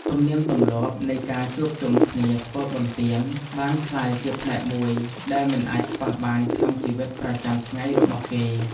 ទំនៀមទម្លាប់នៃការជួបជុំគ្នាធ្វើបុណ្យទានបានក្លាយជាផ្នែកមួយដែលមិនអាចខ្វះបានក្នុងជីវិតប្រចាំថ្ងៃរបស់គេ។